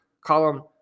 Column